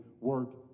work